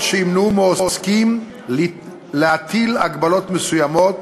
שימנעו מעוסקים להטיל הגבלות מסוימות